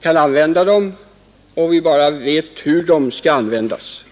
kan använda dem eller vet hur de skall användas.